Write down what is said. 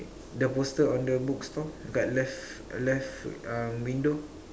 the poster on the book store got left left uh window